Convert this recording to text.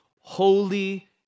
holy